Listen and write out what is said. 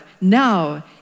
now